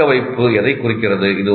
தக்கவைப்பு எதைக் குறிக்கிறது